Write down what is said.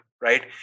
right